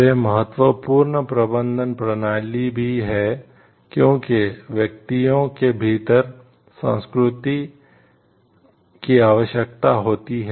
वे महत्वपूर्ण प्रबंधन प्रणाली भी हैं क्योंकि व्यक्तियों के भीतर संस्कृति की आवश्यकता होती है